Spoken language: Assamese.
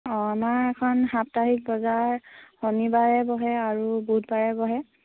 অঁ আমাৰ এখন সাপ্তাহিক বজাৰ শনিবাৰে বহে আৰু বুধবাৰে বহে